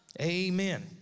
Amen